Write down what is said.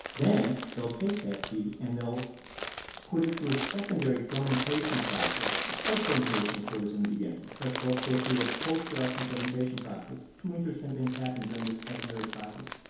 then they'll take that tea and they'll put it through a secondary fermentation process a slight fermentation occurs in the beginning, but they'll go through a post-production fermentation process. two interesting things happen during this secondary process.